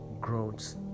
growth